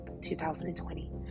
2020